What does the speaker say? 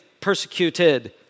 persecuted